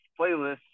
playlist